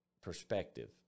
perspective